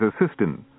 assistant